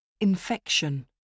Infection